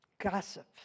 Gossip